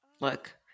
Look